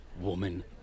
woman